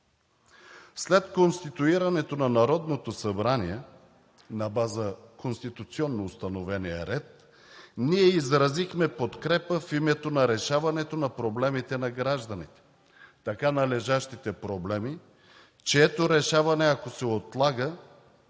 След конституирането на Народното събрание, на база конституционно установения ред, ние изразихме подкрепа в името на решаването на проблемите на гражданите, така належащите проблеми, чието решаване, ако се отлага,